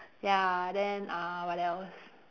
ya then uh what else